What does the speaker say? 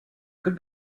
could